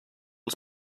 als